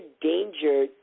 danger